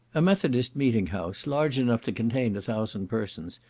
a methodist meeting-house, large enough to contain a thousand persons,